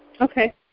okay